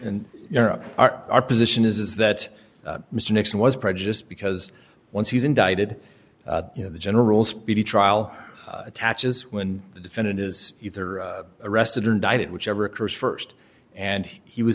europe our our position is is that mr nixon was prejudiced because once he's indicted you know the general speedy trial attaches when the defendant is either arrested or indicted whichever occurs first and he was